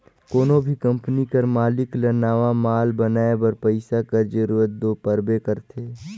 कोनो भी कंपनी कर मालिक ल नावा माल बनाए बर पइसा कर जरूरत दो परबे करथे